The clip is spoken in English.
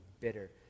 bitter